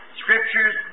scriptures